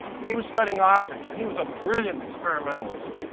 and he was studying optics. and he was a brilliant experimentalist.